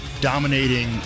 dominating